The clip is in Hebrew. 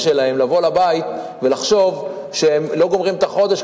שלהם לבוא לבית ולחשוב שהם לא גומרים את החודש,